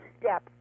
step